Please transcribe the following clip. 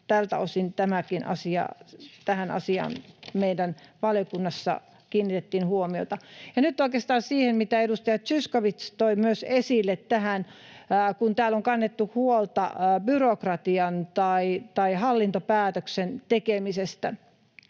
Tältä osin tähänkin asiaan meidän valiokunnassa kiinnitettiin huomiota. Nyt oikeastaan siihen, mitä edustaja Zyskowicz toi myös esille, kun täällä on kannettu huolta byrokratiasta tai hallintopäätöksen tekemisestä: